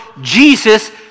Jesus